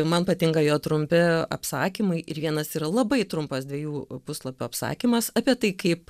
man patinka jo trumpi apsakymai ir vienas yra labai trumpas dviejų puslapių apsakymas apie tai kaip